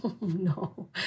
No